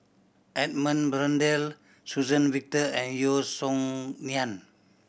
Edmund Blundell Suzann Victor and Yeo Song Nian